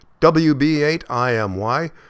WB8IMY